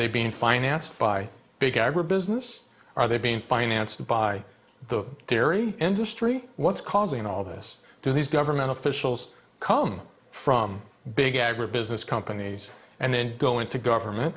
they being financed by big agribusiness are they being financed by the dairy industry what's causing all this to these government officials come from big agribusiness companies and then going to government